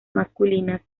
masculinas